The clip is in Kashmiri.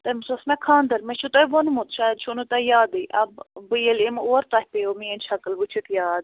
تٔمِس اوس مےٚ خانٛدر مےٚ چھُو توہہِ ووٚنمُت شاید چھُو نہٕ تۄہہِ یادٕے ٲں بہٕ ییٚلہِ یمہٕ اور تۄہہِ پیٚوٕ میٛٲنۍ شکل وُچھِتھ یاد